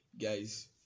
guys